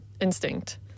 instinct